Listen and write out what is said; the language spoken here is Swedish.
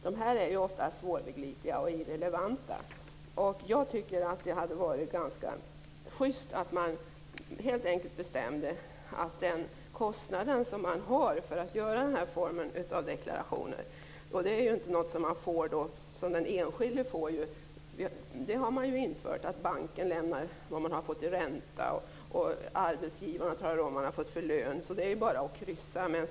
Dessa blanketter är ofta svårbegripliga och irrelevanta. Jag tycker att det hade varit schyst om man helt enkelt bestämde att den kostnad som man har för att göra den här typen av deklarationer är avdragsgill. Man har ju infört att banken lämnar uppgifter om vad man fått i ränta, och arbetsgivaren talar om vad man fått i lön. Det är bara att kryssa.